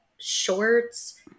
shorts